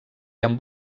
amb